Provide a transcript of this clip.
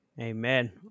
Amen